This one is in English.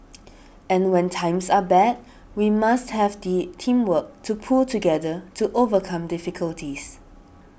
and when times are bad we must have the teamwork to pull together to overcome difficulties